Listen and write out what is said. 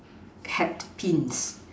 hat pints